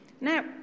Now